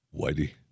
Whitey